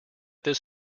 this